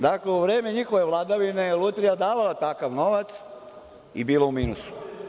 Dakle, u vreme njihove vladavine je Lutrija davala takav novac i bila u minusu.